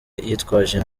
yitwaje